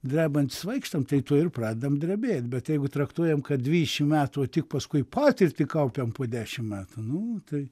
drebant svaigstam tai tuoj ir pradedam drebėt bet jeigu traktuojam kad dvidešimt metų tik paskui patirtį kaupiam po dešimt metų nu tai